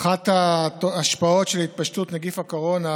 אחת ההשפעות של התפשטות נגיף הקורונה